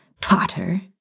Potter